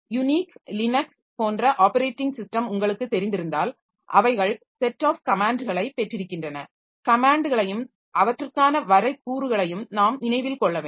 Unix Linux Unix Linux போன்ற operating system உங்களுக்குத் தெரிந்திருந்தால் அவைகள் செட் ஆப் கமேன்ட்களை பெற்றிருக்கின்றன கமேன்ட்களையும் அவற்றுக்கான வரைக்கூறுகளையும் நாம் நினைவில் கொள்ள வேண்டும்